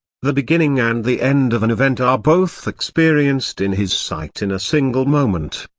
the beginning and the end of an event are both experienced in his sight in a single moment.